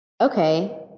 okay